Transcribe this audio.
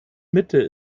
mitte